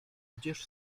gdzież